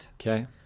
Okay